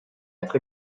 être